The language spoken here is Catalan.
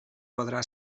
podrà